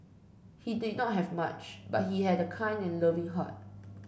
he did not have much but he had a kind and loving heart